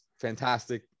fantastic